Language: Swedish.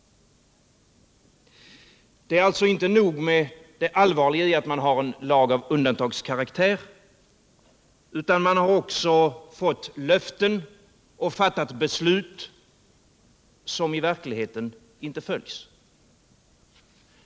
Det är alltså inte nog med att man har en lag med undantagskaraktär, utan man har också avgivit löften och fattat beslut som i verkligheten inte följs.